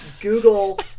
Google